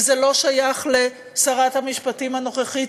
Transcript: וזה לא שייך לשרת המשפטים הנוכחית,